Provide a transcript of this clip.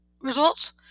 Results